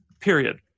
period